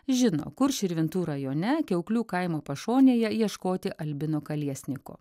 žino kur širvintų rajone kiauklių kaimo pašonėje ieškoti albino kaliesniko